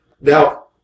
Now